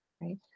Right